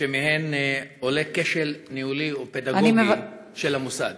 שמהן עולה כשל ניהולי ופדגוגי של המוסד?